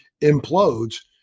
implodes